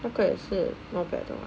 这个也是 not bad